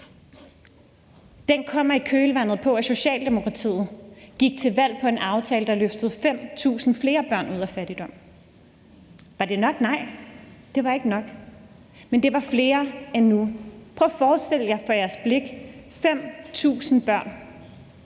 kommer i kølvandet på, at Socialdemokratiet gik til valg på en aftale, der løftede 5.000 flere børn ud af fattigdom. Var det nok? Nej, det var ikke nok, men det var flere end nu. Prøv for jeres indre blik at se 5.000 børn,